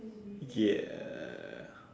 ya